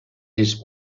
his